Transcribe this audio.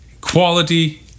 quality